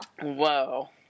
Whoa